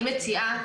אני מציעה,